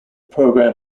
program